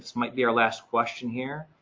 might be our last question here.